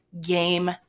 game